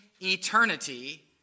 eternity